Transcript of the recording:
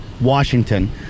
Washington